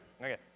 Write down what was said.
okay